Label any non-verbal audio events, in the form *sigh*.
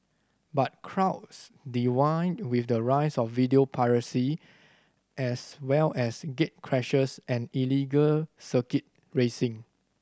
but crowds *unintelligible* with the rise of video piracy as well as gatecrashers and illegal circuit racing